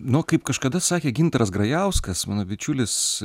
nu kaip kažkada sakė gintaras grajauskas mano bičiulis